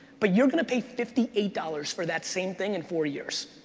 but you're gonna pay fifty eight dollars for that same thing in four years.